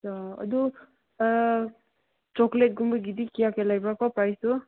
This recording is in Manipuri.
ꯑꯥ ꯑꯗꯨ ꯆꯣꯀ꯭ꯂꯦꯠ ꯀꯨꯝꯕꯒꯤꯗꯤ ꯀꯌꯥ ꯀꯌꯥ ꯂꯩꯕ꯭ꯔꯥꯀꯣ ꯄ꯭ꯔꯥꯏꯁꯇꯨ